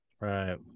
Right